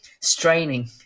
straining